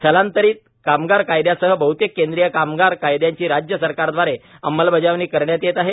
स्थलांतरित कामगार कायदयासह बहतेक केंद्रीय कामगार कायद्यांची राज्य सरकारद्वारे अंमलबजावणी करण्यात येत आहे